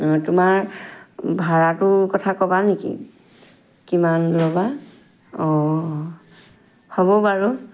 অঁ তোমাৰ ভাড়াটোৰ কথা ক'বা নেকি কিমান ল'বা অঁ হ'ব বাৰু